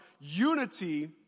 unity